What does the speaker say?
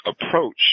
approach